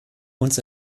uns